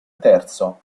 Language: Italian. terzo